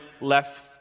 left